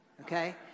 Okay